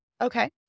Okay